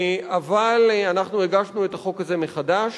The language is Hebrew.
אבל אנחנו הגשנו את החוק הזה מחדש,